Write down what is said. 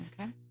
Okay